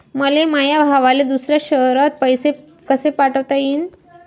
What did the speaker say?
मले माया भावाले दुसऱ्या शयरात पैसे कसे पाठवता येईन?